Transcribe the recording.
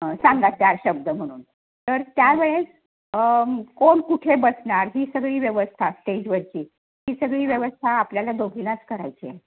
सांगा चार शब्द म्हणून तर त्यावेळेस कोण कुठे बसणार ही सगळी व्यवस्था स्टेजवरची ही सगळी व्यवस्था आपल्याला दोघींनाच करायची आहे